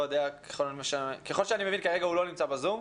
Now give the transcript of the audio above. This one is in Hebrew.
ככל שאני מבין הוא לא נמצא כרגע בזום.